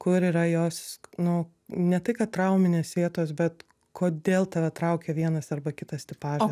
kur yra jos nu ne tai kad trauminės vietos bet kodėl tave traukia vienas arba kitas tipažas